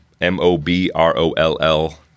M-O-B-R-O-L-L